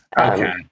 Okay